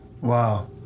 Wow